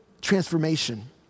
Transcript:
transformation